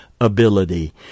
ability